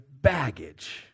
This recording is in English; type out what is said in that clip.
baggage